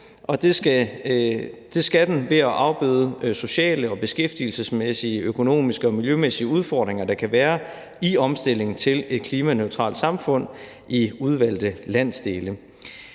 det skal den ved at afbøde sociale, beskæftigelsesmæssige, økonomiske og miljømæssige udfordringer, der kan være i omstillingen til et klimaneutralt samfund i udvalgte landsdele.